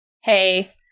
hey